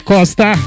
Costa